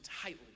tightly